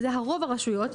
וזה רוב הרשויות,